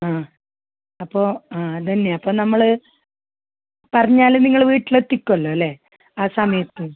ആ അപ്പോൾ ആ അതന്നെ അപ്പം നമ്മൾ പറഞ്ഞാൽ നിങ്ങൾ വീട്ടിൽ എത്തിക്കല്ലോല്ലേ ആ സമയത്ത്